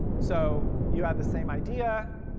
so you have the same idea.